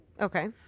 Okay